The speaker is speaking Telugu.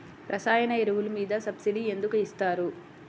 రసాయన ఎరువులు మీద సబ్సిడీ ఎందుకు ఇస్తారు?